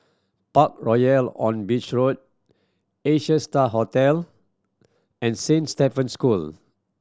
Parkroyal on Beach Road Asia Star Hotel and Saint Stephen School